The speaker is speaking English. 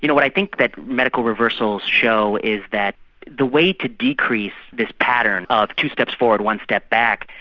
you know what i think that medical reversals show is that the way to decrease this pattern of two steps forward, one step back,